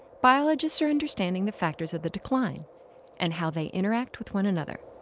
biologists are understanding the factors of the decline and how they interact with one another.